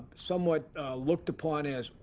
somewhat looked upon as,